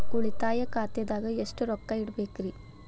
ಉಳಿತಾಯ ಖಾತೆದಾಗ ಎಷ್ಟ ರೊಕ್ಕ ಇಡಬೇಕ್ರಿ?